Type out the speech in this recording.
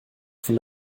von